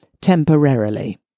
temporarily